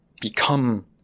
become